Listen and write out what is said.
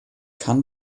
kann